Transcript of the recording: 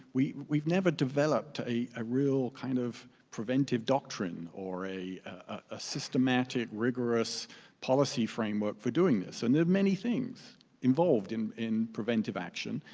we've we've never developed a a real kind of preventive doctrine or a a systematic, rigorous policy framework for doing this, and there are many things involved in in preventive action,